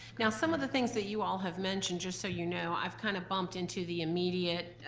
now some of the things that you all have mentioned, just so you know, i've kind of bumped into the immediate,